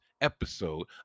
episode